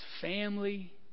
family